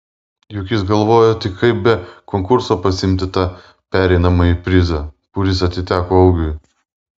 juk jis galvojo tik kaip be konkurso pasiimti tą pereinamąjį prizą kuris atiteko augiui